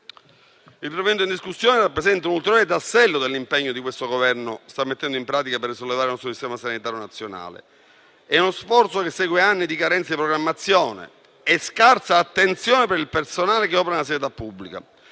L'intervento in discussione rappresenta un ulteriore tassello dell'impegno che questo Governo sta mettendo in pratica per risollevare il nostro sistema sanitario nazionale. È uno sforzo che segue anni di carenza di programmazione e scarsa attenzione per il personale che opera nella sanità pubblica.